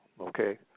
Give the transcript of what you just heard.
okay